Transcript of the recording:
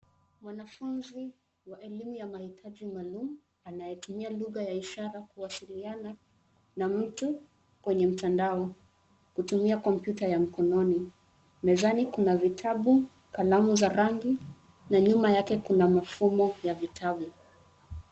Wanafunzi wa elimu ya mahitaji maalum anayetumia lugha ya ishara kuwasiliana na mtu kwenye mtandao kutumia kompyuta ya mkononi. Mezani, kuna vitabu, kalamu za rangi na nyuma yake kuna mafumbo ya vitabu.